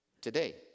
Today